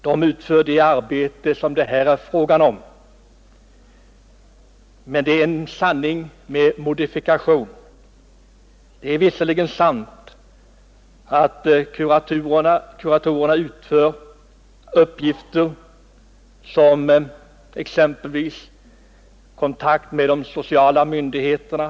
De utför det arbete som det här är fråga om. Men det är en sanning med modifikation. Det är visserligen sant att kuratorerna utför uppgifter som exempelvis kontakt med de sociala myndigheterna.